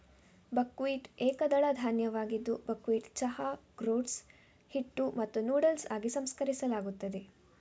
buckwheat ಏಕದಳ ಧಾನ್ಯವಾಗಿದ್ದು buckwheat ಚಹಾ, ಗ್ರೋಟ್ಸ್, ಹಿಟ್ಟು ಮತ್ತು ನೂಡಲ್ಸ್ ಆಗಿ ಸಂಸ್ಕರಿಸಲಾಗುತ್ತದೆ